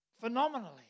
Phenomenally